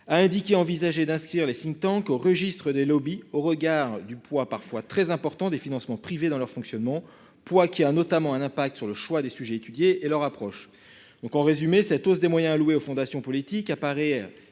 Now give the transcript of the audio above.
a indiqué qu'il envisageait d'inscrire les au registre des lobbies, au regard du poids parfois très important des financements privés dans leur fonctionnement, poids qui n'est pas sans incidence sur le choix des sujets étudiés et sur leur approche. En résumé, cette hausse des moyens alloués aux fondations politiques, qui sont